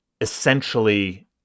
essentially